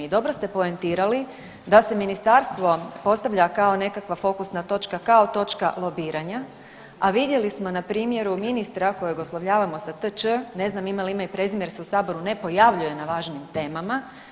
I dobro ste poentirali da se ministarstvo postavlja kao nekakva fokusna točka, kao točka lobiranja, a vidjeli smo na primjeru ministra kojeg oslovljavamo sa T.Č. ne znam ima li ime i prezime, jer se u Saboru ne pojavljuje na važnim temama.